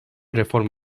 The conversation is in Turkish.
reform